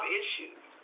issues